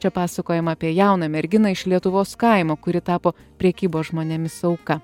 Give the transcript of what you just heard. čia pasakojama apie jauną merginą iš lietuvos kaimo kuri tapo prekybos žmonėmis auka